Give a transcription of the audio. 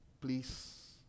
please